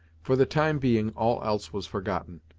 for the time being all else was forgotten,